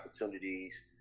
opportunities